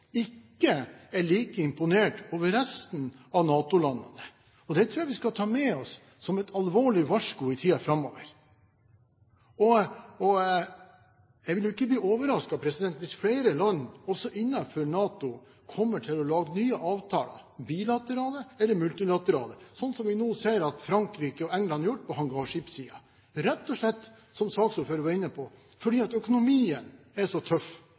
ikke er like imponert over resten av NATO-landene. Det tror jeg vi skal ta med oss som et alvorlig varsko i tiden framover. Jeg vil ikke bli overrasket hvis flere land også innenfor NATO kommer til å lage nye avtaler – bilaterale eller multilaterale, som vi ser at Frankrike og England har gjort på hangarskipssiden – rett og slett, som saksordføreren var inne på, fordi økonomien er så tøff